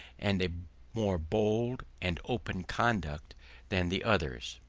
and a more bold and open conduct than the others.